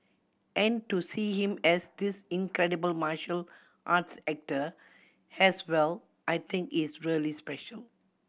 and to see him as this incredible martial arts actor as well I think is really special